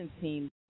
team